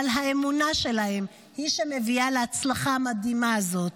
אבל האמונה שלהם היא שמביאה להצלחה המדהימה הזאת.